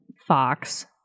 Fox